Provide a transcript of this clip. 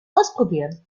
ausprobieren